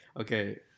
Okay